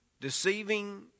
deceiving